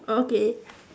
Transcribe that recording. okay